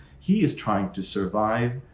he is trying to survive.